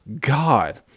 God